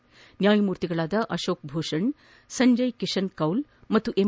ನ್ನಾಯಮೂರ್ತಿಗಳಾದ ಅಶೋಕ್ ಭೂಷಣ್ ಸಂಜಯ್ ಕಿಶನ್ ಕೌಲ್ ಮತ್ತು ಎಂ